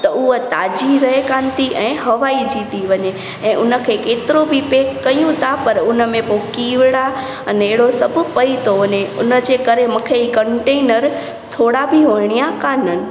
त उअ ताज़ी रहे कोन्ह थी ऐं हवाइजी थी वञे ऐं उनखे केतिरो बि पैक कयूं ता पर उन में पो कीवड़ा अने एड़ो सब पई तो वञे उन जे करे मांखे ई कंटेनर थोड़ा बि होइड़िया काननि